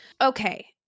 okay